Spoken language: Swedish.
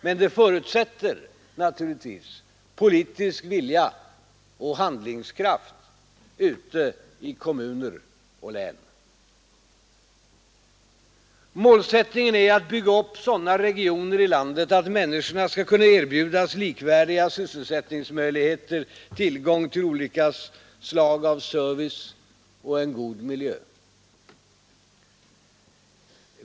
Men det förutsätter naturligtvis politisk vilja och handlingskraft ute i kommuner och län. Målsättningen är att bygga upp sådana regioner i landet att människorna skall kunna erbjudas likvärdiga sysselsättningsmöjligheter, tillgång till olika slag av service och en god miljö.